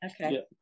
Okay